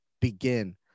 begin